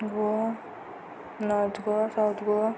Goa north Goa south Goa